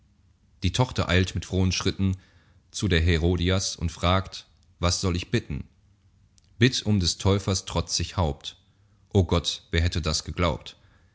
die tochter eilt mit frohen schritten zu der herodias und fragt was soll ich bitten bitt um des täufers trotzig haupt o gott wer hätte das geglaubt